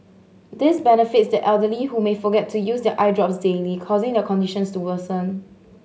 this benefits the elderly who may forget to use their eye drops daily causing their condition to worsen